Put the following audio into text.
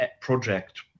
project